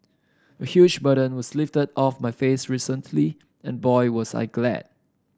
a huge burden was lifted off my face recently and boy was I glad